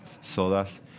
sodas